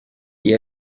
iyi